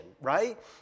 right